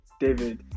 David